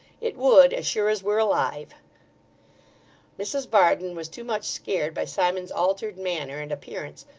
it would, as sure as we're alive mrs varden was too much scared by simon's altered manner and appearance,